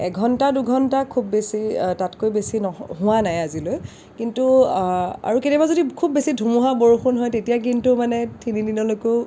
এঘণ্টা দুঘণ্টা খুব বেছি তাতকৈ বেছি হোৱা নাই আজিলৈ কিন্তু আৰু কেতিয়াবা যদি খুব বেছি ধুমুহা বৰষুণ হয় তেতিয়া কিন্তু মানে তিনিদিনলৈকো